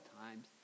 times